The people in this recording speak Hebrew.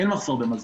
אין מחסור במזון.